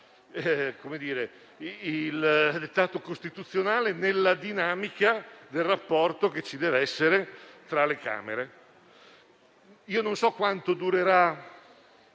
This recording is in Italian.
il dettato costituzionale nella dinamica del rapporto che ci deve essere tra le due Camere. Non so quanto durerà